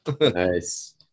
nice